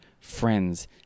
friends